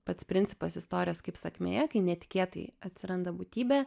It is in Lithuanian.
pats principas istorijos kaip sakmėje kai netikėtai atsiranda būtybė